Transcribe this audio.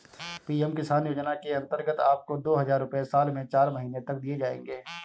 PM Kisan योजना के अंतर्गत आपको दो हज़ार रुपये साल में चार महीने तक दिए जाएंगे